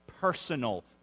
personal